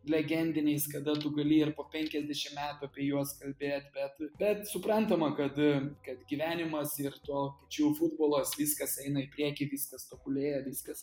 legendiniais kada tu gali ir po penkiasdešim metų apie juos kalbėt bet bet suprantama kad kad gyvenimas ir tuo pačiu futbolas viskas eina į priekį viskas tobulėjo viskas